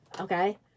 Okay